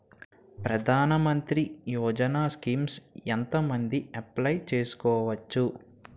ప్రధాన మంత్రి యోజన స్కీమ్స్ ఎంత మంది అప్లయ్ చేసుకోవచ్చు?